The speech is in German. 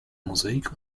mosaik